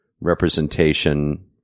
representation